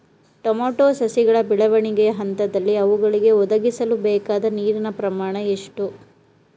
Tomato ಸಸಿಗಳ ಬೆಳವಣಿಗೆಯ ಹಂತದಲ್ಲಿ ಅವುಗಳಿಗೆ ಒದಗಿಸಲುಬೇಕಾದ ನೀರಿನ ಪ್ರಮಾಣ ಎಷ್ಟು?